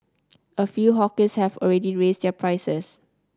a few hawkers have already raised their prices